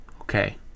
Okay